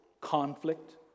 conflict